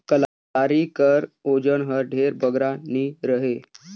कलारी कर ओजन हर ढेर बगरा नी रहें